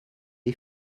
est